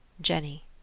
Jenny